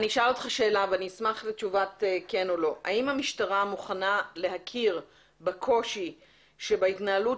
ואשמח לתשובה כן או לא: האם המשטרה מוכנה להכיר בקושי שבהתנהלות